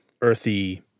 earthy